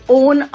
own